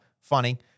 funny